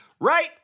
right